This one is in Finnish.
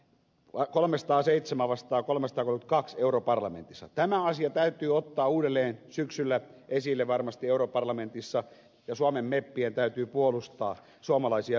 la kolmesataaseitsemän vastaa kolmesta kaksi europarlamentissa tämä asia täytyy ottaa uudelleen syksyllä esille varmasti europarlamentissa ja suomen meppien täytyy puolustaa suomalaisia